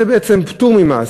זה בעצם פטור ממס.